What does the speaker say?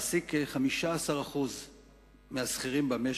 מעסיק כ-15% מהשכירים במשק,